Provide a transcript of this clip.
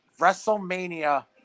WrestleMania